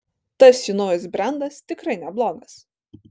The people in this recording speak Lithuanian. tas jų naujas brendas tikrai neblogas